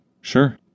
Sure